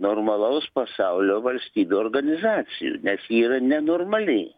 normalaus pasaulio valstybių organizacijų nes ji yra nenormali